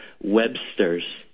Websters